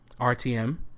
RTM